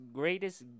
greatest